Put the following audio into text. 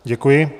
Děkuji.